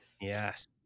Yes